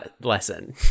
lesson